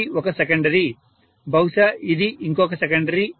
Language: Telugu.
ఇది ఒక సెకండరీ బహుశా ఇది ఇంకొక సెకండరీ